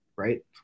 Right